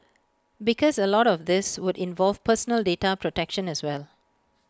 because A lot of this would involve personal data protection as well